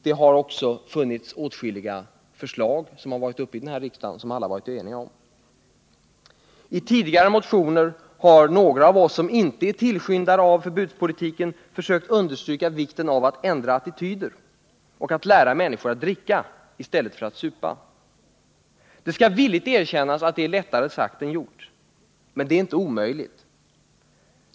Det har också funnits åtskilliga förslag i denna riksdag som vi alla har varit eniga om. I tidigare motioner har några av oss som inte är tillskyndare av förbudspolitiken försökt understryka vikten av att vi ändrar attityder och lär människor att dricka i stället för att supa. Det skall villigt erkännas att det är lättare sagt än gjort, men det är inte omöjligt.